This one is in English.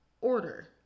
order